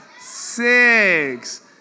six